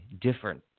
different –